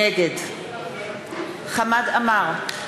נגד חמד עמאר,